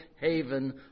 haven